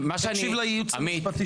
הוא הקשיב לייעוץ המשפטי של הכנסת?